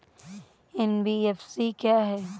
NBFC क्या है?